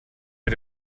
mit